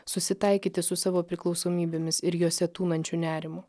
susitaikyti su savo priklausomybėmis ir jose tūnančiu nerimu